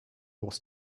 was